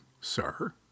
Sir